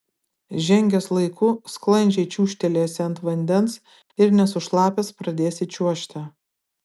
žengęs laiku sklandžiai čiūžtelėsi ant vandens ir nesušlapęs pradėsi čiuožti